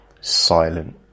silent